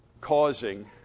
causing